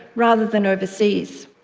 rather than overseas!